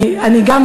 אני גם,